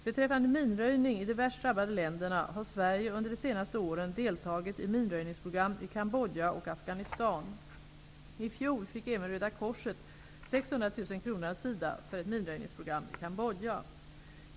Beträffande minröjning i de värst drabbade länderna har Sverige under de senaste åren deltagit i minröjningsprogram i Cambodja och Afghanistan. I fjol fick även Röda korset 600 000 kr av SIDA för ett minröjningsprogram i Cambodja.